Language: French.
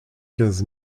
quinze